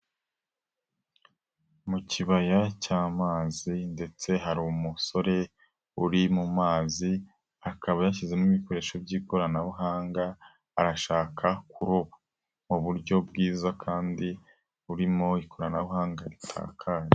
Mu kibaya cy'amazi ndetse hari umusore uri mu mazi, akaba yashyizemo ibikoresho by'ikoranabuhanga, arashakaro, mu buryo bwiza kandi burimo ikoranabuhanga ritakaje.